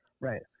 Right